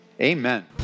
amen